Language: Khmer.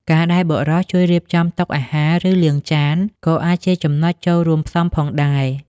ការដែលបុរសជួយរៀបចំតុអាហារ ឬលាងចាន ក៏អាចជាចំណុចចូលរួមផ្សំផងដែរ។